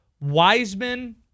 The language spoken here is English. Wiseman